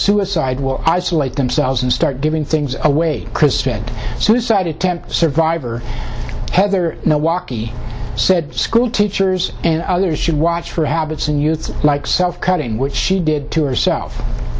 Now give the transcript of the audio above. suicide will isolate themselves and start giving things away suicide attempt survivor heather no walkie said school teachers and others should watch for habits and youth like self cutting which she did to herself